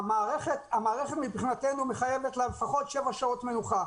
המערכת מבחינתנו מחייבת לפחות שבע שעות מנוחה.